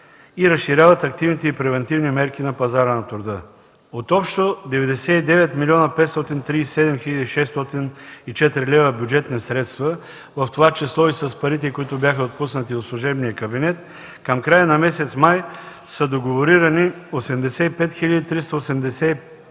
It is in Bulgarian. и разширяват активните и превантивни мерки на пазара на труда. От общо 99 млн. 537 хил. 604 лв. бюджетни средства, в това число и с парите, които бяха отпуснати от служебния кабинет, към края на месец май са договорени 85 млн. 385